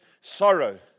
sorrow